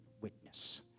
witness